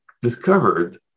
discovered